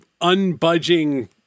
unbudging